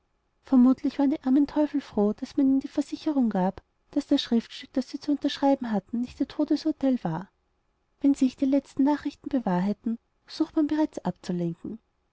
vermutlich waren die armen teufel froh als man ihnen die versicherung gab daß das schriftstück das sie zu unterschreiben hatten nicht ihr todesurteil war wenn sich die letzten nachrichten bewahrheiten sucht man bereits abzulenken